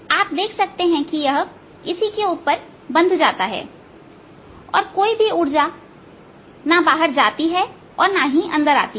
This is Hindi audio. आप देख सकते हैं कि यह इसी के ऊपर बंध जाता है और कोई भी ऊर्जा ना बाहर जाती है और ना अंदर आती है